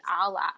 allah